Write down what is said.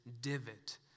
divot